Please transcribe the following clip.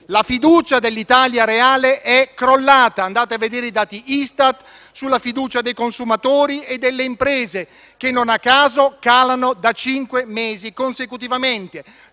La fiducia dell'Italia reale è crollata: andate a vedere i dati ISTAT sulla fiducia dei consumatori e delle imprese, che, non a caso, calano da cinque mesi consecutivamente;